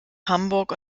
hamburg